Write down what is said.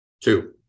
Two